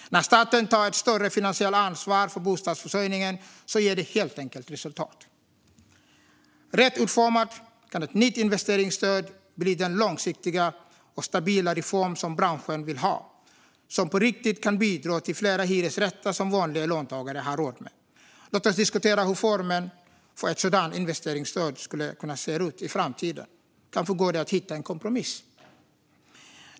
När staten tar ett större finansiellt ansvar för bostadsförsörjningen ger det helt enkelt resultat. Rätt utformat kan ett nytt investeringsstöd bli den långsiktiga och stabila reform som branschen vill ha och som på riktigt kan bidra till fler hyresrätter som vanliga löntagare har råd med. Låt oss diskutera hur ett sådant investeringsstöd skulle kunna se ut i framtiden! Kanske går det att hitta en kompromiss.